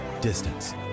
Distance